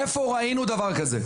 איפה ראינו דבר כזה?